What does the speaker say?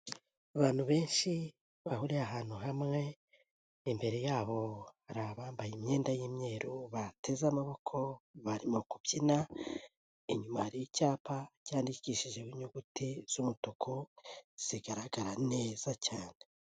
Abantu benshi bahuriye ahantu hamwe, imbere yabo hari abambaye imyenda y'imyeru bateze amaboko, barimo kubyina, inyuma hari icyapa cyandikishijeho inyuguti z'umutuku zigaragara neza cyane.